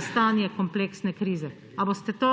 stanje kompleksne krize. Ali boste to